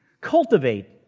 Cultivate